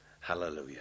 hallelujah